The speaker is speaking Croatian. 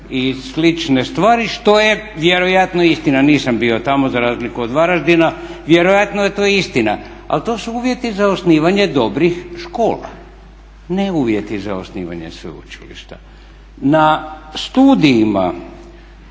i slične stvari što je vjerojatno istina, nisam bio tamo za razliku od Varaždina. Vjerojatno je to istina, ali to su uvjeti za osnivanje dobrih škola, ne uvjeti za osnivanje sveučilišta. Na studijima,